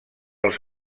els